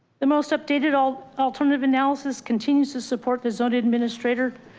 the most updated, all alternative analysis continues to support the zoning administrator,